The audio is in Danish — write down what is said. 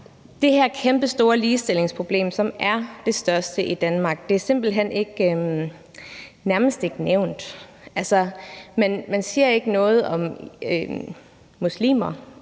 det her kæmpestore ligestillingsproblem, som er det største i Danmark, er simpelt hen nærmest ikke nævnt. Man siger ikke noget om muslimer,